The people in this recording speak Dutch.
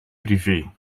privé